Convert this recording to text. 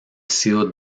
sido